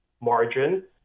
margin